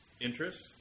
interest